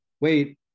wait